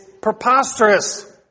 preposterous